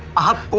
up to?